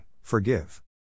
forgive